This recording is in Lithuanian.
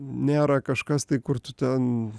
nėra kažkas tai kur tu ten